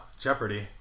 Jeopardy